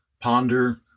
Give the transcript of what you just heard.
ponder